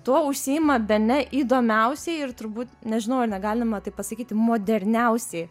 tuo užsiima bene įdomiausiai ir turbūt nežinau ar negalima taip pasakyti moderniausiai